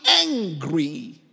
angry